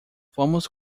fomos